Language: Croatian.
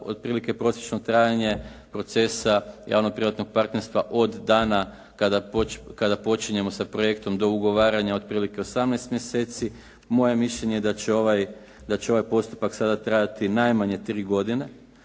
otprilike prosječno trajanje procesa javno-privatnog partnerstva od dana kada počinjemo sa projektom do ugovaranja otprilike 18 mjeseci. Moje mišljenje je da će ovaj postupak sada trajati najmanje tri godine